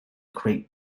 create